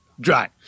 dry